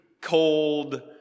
cold